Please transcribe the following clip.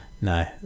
no